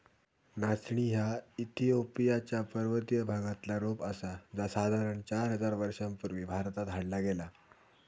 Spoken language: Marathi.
नाचणी ह्या इथिओपिया च्या पर्वतीय भागातला रोप आसा जा साधारण चार हजार वर्षां पूर्वी भारतात हाडला गेला